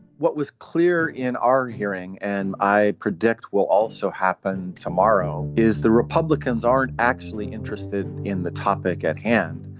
what was clear in our hearing and i predict will also happen tomorrow is the republicans aren't actually interested in the topic at hand.